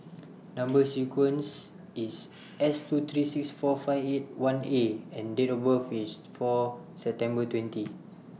Number sequence IS S two three six four five eight one A and Date of birth IS four September twenty